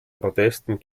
protesten